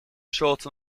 short